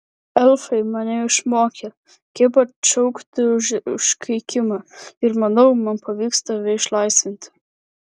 elfai mane išmokė kaip atšaukti užkeikimą ir manau man pavyks tave išlaisvinti